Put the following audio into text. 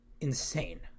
insane